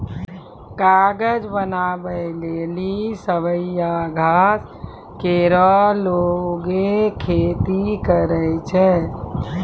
कागज बनावै लेलि सवैया घास केरो लोगें खेती करै छै